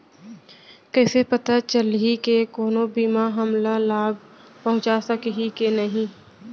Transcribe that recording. कइसे पता चलही के कोनो बीमा हमला लाभ पहूँचा सकही के नही